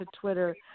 Twitter